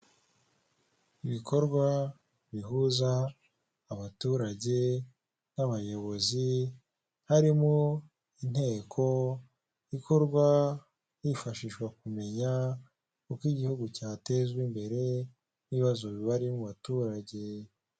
Ibikorwa bihuza abaturage n'abayobozi harimo inteko ikorwa hifashishwa kumenya uko igihugu cyatezwa imbere n'ibibazo biba biri mu baturage.